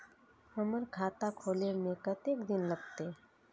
हमर खाता खोले में कतेक दिन लगते?